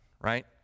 right